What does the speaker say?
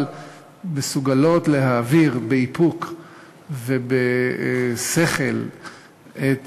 אבל מסוגלות להעביר באיפוק ובשכל את